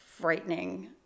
frightening